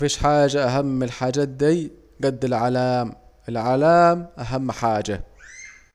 مفيش حاجة اهم من الحاجات دي جد العلام، العلام أهم حاجة